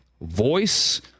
voice